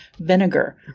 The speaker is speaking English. vinegar